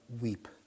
weep